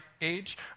age